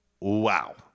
Wow